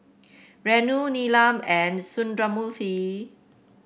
Renu Neelam and Sundramoorthy